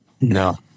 No